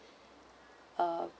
uh